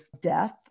death